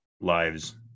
lives